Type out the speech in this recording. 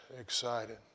excited